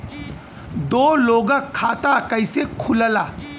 दो लोगक खाता कइसे खुल्ला?